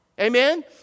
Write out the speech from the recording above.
Amen